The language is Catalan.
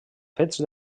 fets